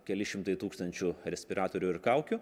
keli šimtai tūkstančių respiratorių ir kaukių